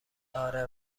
اره